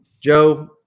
Joe